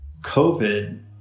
COVID